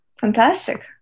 Fantastic